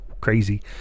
crazy